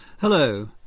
Hello